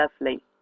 lovely